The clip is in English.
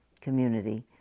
community